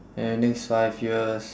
in the next five years